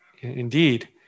indeed